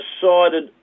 decided